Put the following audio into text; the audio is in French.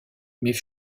mais